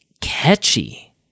catchy